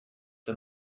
the